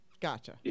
Gotcha